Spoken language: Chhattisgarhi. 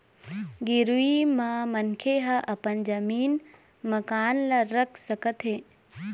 गिरवी म मनखे ह अपन जमीन, मकान ल रख सकत हे